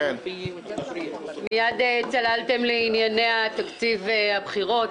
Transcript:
מיד צללתם לענייני תקציב הבחירות,